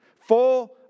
full